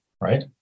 right